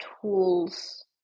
tools